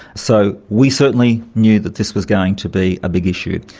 so we certainly knew that this was going to be a big issue.